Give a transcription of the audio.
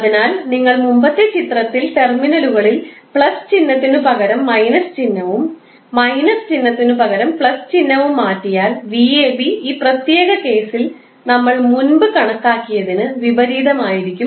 അതിനാൽ നിങ്ങൾ മുമ്പത്തെ ചിത്രത്തിൽ ടെർമിനലുകളിൽ പ്ലസ് ചിഹ്നത്തിനു പകരം മൈനസ് ചിഹ്നവും മൈനസ് ചിഹ്നത്തിനു പകരം പ്ലസ് ചിഹ്നവും മാറ്റിയാൽ 𝑣𝑎𝑏 ഈ പ്രത്യേക കേസിൽ നമ്മൾ മുൻപ് കണക്കാക്കിയതിന് വിപരീതമായിരിക്കും